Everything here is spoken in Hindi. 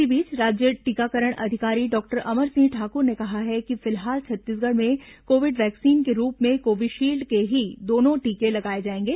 इस बीच राज्य टीकाकरण अधिकारी डॉक्टर अमर सिंह ठाक्र ने कहा है कि फिलहाल छत्तीसगढ़ में कोविड वैक्सीन के रूप में कोविशील्ड के ही दोनों टीके लगाए जाएंगे